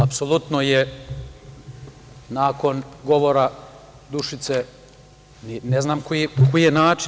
Apsolutno je, nakon govora Dušice, ne znam koji je način